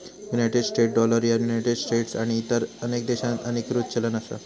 United states dollar ह्या united states आणि इतर अनेक देशांचो अधिकृत चलन असा